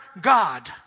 God